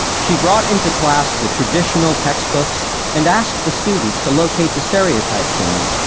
she brought into class the traditional textbooks and asked the students to locate the stereotypes in them.